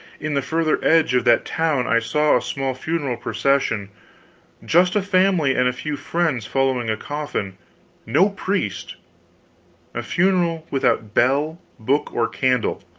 in the further edge of that town i saw a small funeral procession just a family and a few friends following a coffin no priest a funeral without bell, book, or candle